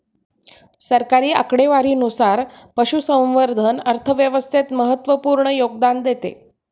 सरकारी आकडेवारीनुसार, पशुसंवर्धन अर्थव्यवस्थेत महत्त्वपूर्ण योगदान देते